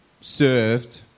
served